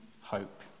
hope